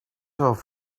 off